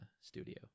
studio